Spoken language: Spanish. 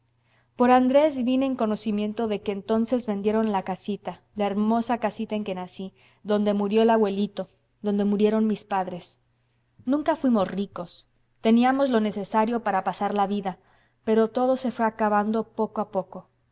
por andrés vine en conocimiento de que entonces vendieron la casita la hermosa casita en que nací donde murió el abuelito donde murieron mis padres nunca fuimos ricos teníamos lo necesario para pasar la vida pero todo se fué acabando poco a poco